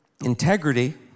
integrity